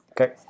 Okay